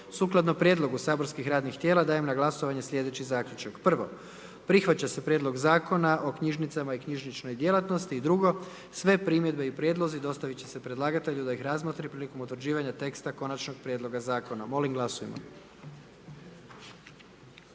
Sukladno prijedlogu saborskih radnih tijela, dajem na glasovanje slijedeći zaključak. Prvo, prihvaća se Prijedlog Zakona o vinu i drugo, sve primjedbe i prijedlozi dostavit će se predlagatelju da ih razmotri prilikom utvrđivanja teksta konačnog prijedloga zakona, molim glasujmo.